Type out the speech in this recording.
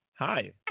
hi